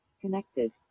connected